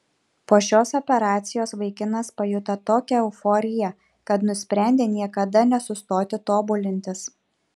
po šios operacijos vaikinas pajuto tokią euforiją kad nusprendė niekada nesustoti tobulintis